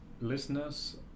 listeners